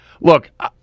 look